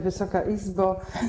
Wysoka Izbo!